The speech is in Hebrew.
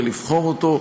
ולבחור אותו.